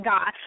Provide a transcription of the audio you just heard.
God